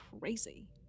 crazy